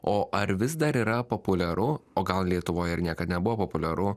o ar vis dar yra populiaru o gal lietuvoj ir niekad nebuvo populiaru